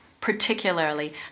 particularly